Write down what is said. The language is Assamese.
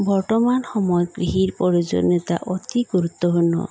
বৰ্তমান সময়ত কৃষিৰ প্ৰয়োজনীয়তা অতি গুৰুত্বপূৰ্ণ